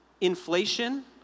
inflation